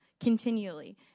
Continually